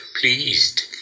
pleased